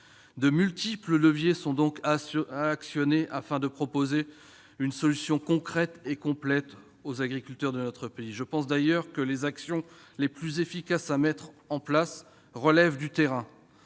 De multiples leviers doivent donc être actionnés, afin de proposer une solution concrète et complète aux agriculteurs de notre pays. Je pense d'ailleurs que les actions les plus efficaces à mettre en place relèvent du terrain.